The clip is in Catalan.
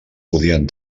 podien